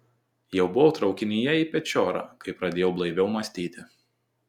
jau buvau traukinyje į pečiorą kai pradėjau blaiviau mąstyti